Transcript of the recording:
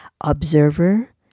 observer